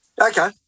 Okay